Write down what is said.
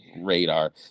radar